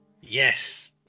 Yes